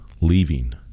leaving